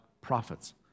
Prophets